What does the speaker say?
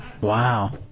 Wow